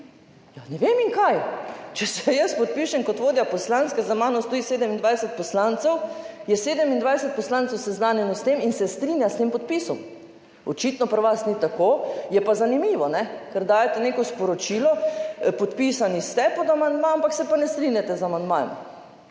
Ja, ne vem, in kaj? Če se jaz podpišem kot vodja poslanske, za mano stoji 27 poslancev, je 27 poslancev seznanjeno s tem in se strinja s tem podpisom. Očitno pri vas ni tako. Je pa zanimivo, ker dajete neko sporočilo, podpisani ste pod amandma, ampak se pa ne strinjate z amandmajem.